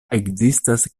ekzistas